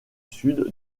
sud